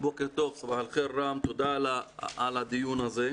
בוקר טוב, רם, תודה על הדיון הזה.